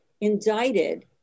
indicted